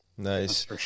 Nice